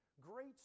Great